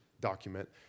document